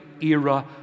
era